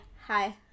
hi